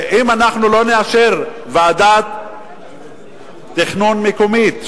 אם לא נאשר ועדת תכנון מקומית,